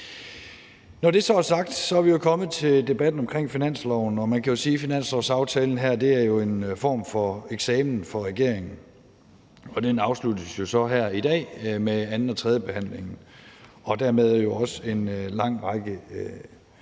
Når det så er sagt, er vi kommet til debatten omkring finansloven, og man kan jo sige, at finanslovsaftalen her er en form for eksamen for regeringen. Den afsluttes jo så her i dag med tredjebehandlingen og dermed jo også med en lang række ændringsforslag,